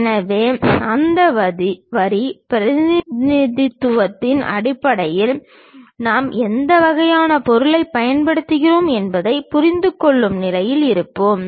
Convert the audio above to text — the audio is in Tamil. எனவே அந்த வரி பிரதிநிதித்துவத்தின் அடிப்படையில் நாம் எந்த வகையான பொருளைப் பயன்படுத்துகிறோம் என்பதைப் புரிந்துகொள்ளும் நிலையில் இருப்போம்